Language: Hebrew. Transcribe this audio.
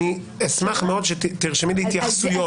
אני אשמח מאוד שתרשמי לי התייחסויות.